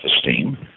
esteem